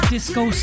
Disco